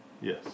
Yes